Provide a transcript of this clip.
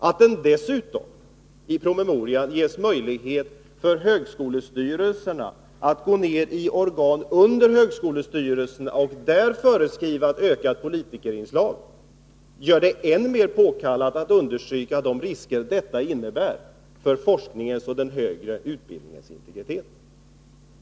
Att det dessutom i promemorian ges möjlighet för styrelserna att gå ned i organ under högskolestyrelserna och där föreskriva ett ökat politikerinslag gör det än mer påkallat att understryka de risker de föreslagna förändringarna innebär för forskningens och den högre utbildningens integritet.